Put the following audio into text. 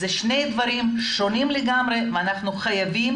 אלה שני דברים שונים לגמרי ואנחנו חייבים